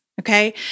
okay